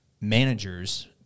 managers